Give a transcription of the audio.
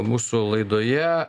mūsų laidoje